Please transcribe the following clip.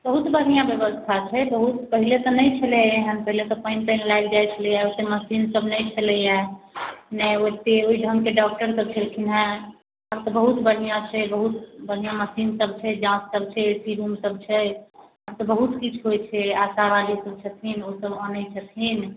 बहुत बढ़िआँ व्यवस्था छै बहुत पहिने तऽ नहि छलैए एहन पहिने तऽ पानि तानि लागि जाइत छलैए ओतेक मशीनसभ नहि छलैए नहि ओतेक ओहि ढङ्गके डॉक्टरसभ छलखिन हेँ आब तऽ बहुत बढ़िआँ छै बहुत बढ़िआँ मशीनसभ छै जाँचसभ छै ए सी रूमसभ छै आब तऽ बहुत किछु होइत छै आशावालीसभ छथिन ओसभ अनैत छथिन